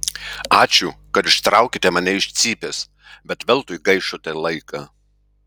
ačiū kad ištraukėte mane iš cypės bet veltui gaišote laiką